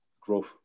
growth